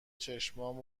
چشمام